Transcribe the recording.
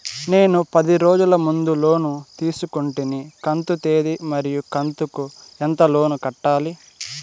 నేను పది రోజుల ముందు లోను తీసుకొంటిని కంతు తేది మరియు కంతు కు ఎంత లోను కట్టాలి?